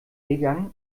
gegangen